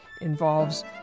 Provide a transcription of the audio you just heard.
involves